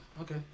Okay